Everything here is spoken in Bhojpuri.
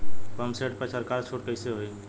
पंप सेट पर सरकार छूट कईसे होई?